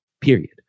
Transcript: period